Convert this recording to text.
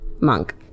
monk